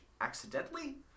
accidentally